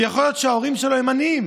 ויכול להיות שההורים שלו הם עניים,